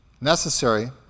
Necessary